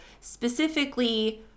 specifically